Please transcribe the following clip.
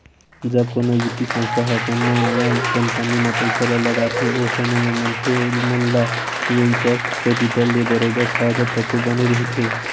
जब कोनो बित्तीय संस्था ह कोनो नवा कंपनी म पइसा ल लगाथे ओ समे म मनखे मन ल वेंचर कैपिटल ले बरोबर फायदा तको बने रहिथे